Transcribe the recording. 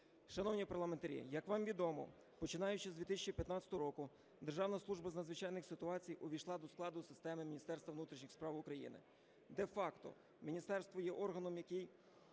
Шановні парламентарі, як вам відомо, починаючи з 2015 року Державна служба з надзвичайних ситуацій увійшла до складу системи Міністерства внутрішніх справ України. Де-факто міністерство є органом, який